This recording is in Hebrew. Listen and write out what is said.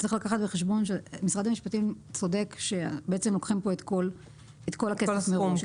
צריך לקחת בחשבון שמשרד המשפטים צודק שלוקחים כאן את כל הכסף מראש.